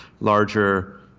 larger